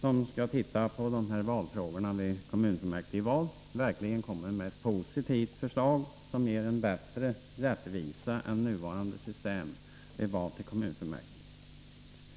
som skall se över valfrågorna när det gäller kommunfullmäktigeval verkligen kommer med ett positivt förslag, som ger en bättre rättvisa än det nuvarande systemet.